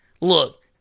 look